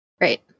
Right